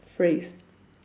phrase